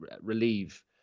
relieve